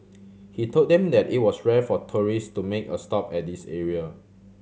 he told them that it was rare for tourist to make a stop at this area